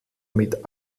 mit